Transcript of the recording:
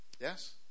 Yes